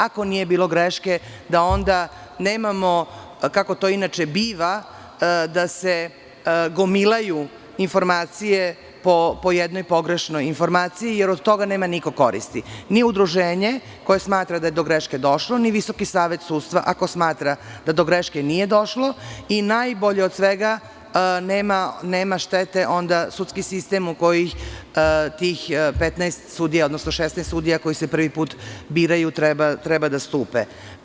Ako nije bilo greške, da onda nemamo, kako to inače biva, da se gomilaju informacije po jednoj pogrešnoj informaciji jer od toga nema niko koristi, ni Udruženje koje smatra da je do greške došlo, ni VSS ako smatra da do greške nije došlo i najbolje od svega, nema štete sudski sistem u koji tih 15 odnosno 16 sudija, koji se prvi put biraju, treba da stupe.